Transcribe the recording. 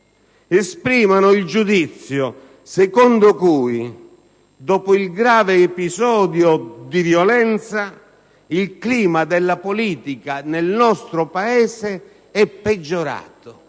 esprimono un giudizio secondo cui, dopo il grave episodio di violenza, il clima della politica nel nostro Paese è peggiorato?